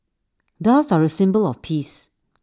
doves are A symbol of peace